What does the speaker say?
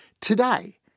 today